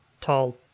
tall